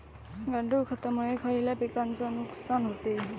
गांडूळ खतामुळे खयल्या पिकांचे नुकसान होते?